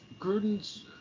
Gruden's